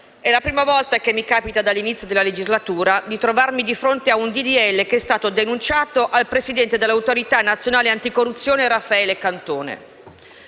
è la prima volta che mi capita dall'inizio della legislatura di trovarmi di fronte ad un disegno di legge che è stato denunciato al presidente dell'Autorità nazionale anticorruzione, Raffaele Cantone.